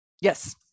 Yes